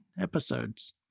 episodes